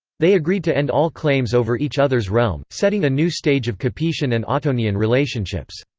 they agreed to end all claims over each other's realm, setting a new stage of capetian and ottonian relationships.